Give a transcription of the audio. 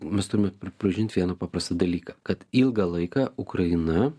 mes turime pripažinti vieną paprastą dalyką kad ilgą laiką ukraina